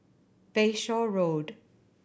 Bayshore Road